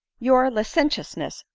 your licentiousness,